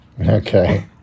Okay